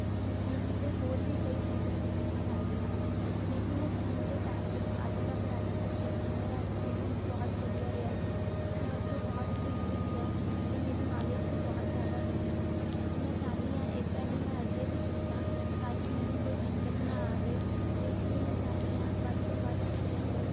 ਸਿੱਖਾਂਗੀ ਅਤੇ ਹੋਰ ਵੀ ਕਈ ਚੀਜ਼ਾਂ ਸਿੱਖਣਾ ਚਾਹੁੰਦੀ ਹਾਂ ਜਿਵੇਂ ਕਿ ਮੈਂ ਸਕੂਲ ਦੇ ਟਾਈਮ ਵਿੱਚ ਆਲੂ ਦਾ ਪਰਾਂਠਾ ਸਿੱਖਿਆ ਸੀ ਮੇਰਾ ਐਕਸਪੀਰੀਐਂਸ ਬਹੁਤ ਵਧੀਆ ਰਿਹਾ ਸੀ ਮੈਂ ਉਥੋਂ ਬਹੁਤ ਕੁੱਛ ਸਿੱਖਿਆ ਅਤੇ ਮੇਰੀ ਨੌਲੇਜ ਵੀ ਬਹੁਤ ਜ਼ਿਆਦਾ ਵਧੀ ਸੀ ਅਤੇ ਮੈਂ ਚਾਹੁੰਦੀ ਹਾਂ ਇਦਾਂ ਹੀ ਮੈਂ ਅੱਗੇ ਵੀ ਸਿੱਖਾਂ ਤਾਂ ਕਿ ਮੈਨੂੰ ਕੋਈ ਦਿੱਕਤ ਨਾ ਆਵੇ ਅਤੇ ਇਸ ਲਈ ਮੈਂ ਚਾਹੁੰਦੀ ਹਾਂ ਵੱਧ ਤੋਂ ਵੱਧ ਚੀਜ਼ਾਂ ਸਿੱਖਾਂ